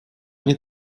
nie